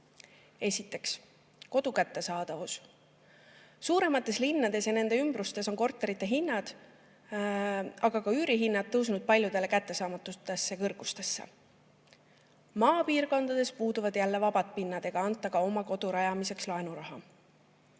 kodu kättesaadavus. Suuremates linnades ja nende ümbruses on korterite hinnad, aga ka üürihinnad tõusnud paljudele kättesaamatutesse kõrgustesse. Maapiirkondades puuduvad jälle vabad pinnad ega anta ka oma kodu rajamiseks laenuraha.